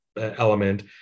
element